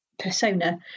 persona